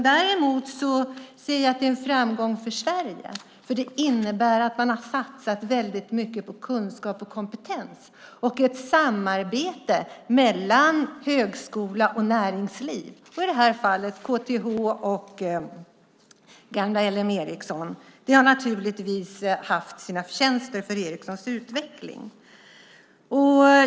Däremot ser jag att det är en framgång för Sverige, eftersom det innebär att man har satsat mycket på kunskap och kompetens och ett samarbete mellan högskola och näringsliv - i det här fallet KTH och gamla LM Ericsson. Det har naturligtvis haft sina förtjänster för Ericssons utveckling.